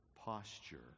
posture